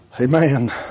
Amen